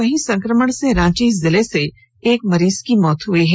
वहीं संक्रमण से रांची जिले से एक मरीज की मौत हई है